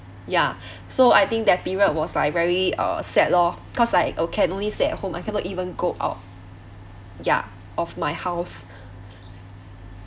ya so I think that period was like very uh sad lor cause like can only stay at home I cannot even go out ya of my house